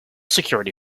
security